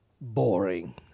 boring